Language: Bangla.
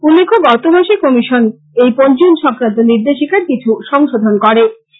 উল্লেখ্য গতমাসে কমিশন এই পঞ্জীয়ন সংক্রান্ত নির্দেশিকার কিছু সংশোধন করেছে